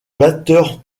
batteur